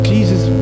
Jesus